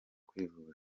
kwivuza